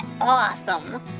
Awesome